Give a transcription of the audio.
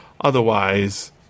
Otherwise